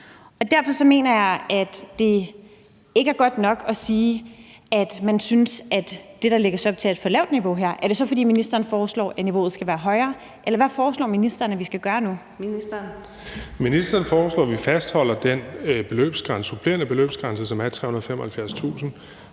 af. Derfor mener jeg, det ikke er godt nok at sige, at man synes, at det, der lægges op til her, er et for lavt niveau. Er det så, fordi ministeren foreslår, at niveauet skal være højere, eller hvad foreslår ministeren vi skal gøre nu? Kl. 14:34 Fjerde næstformand (Karina Adsbøl): Ministeren. Kl.